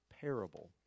parable